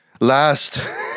last